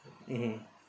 mmhmm